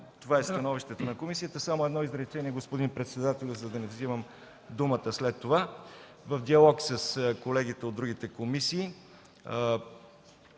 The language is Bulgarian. Това е становището на комисията. Само едно изречение, господин председателю, за да не вземам думата след това. В диалог с колегите от другите комисии,